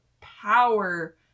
power